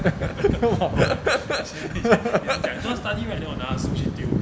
!whoa!